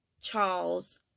Charles